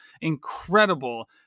incredible